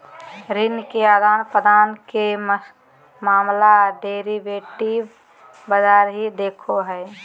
ऋण के आदान प्रदान के मामला डेरिवेटिव बाजार ही देखो हय